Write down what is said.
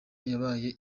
yabaye